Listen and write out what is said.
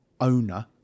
owner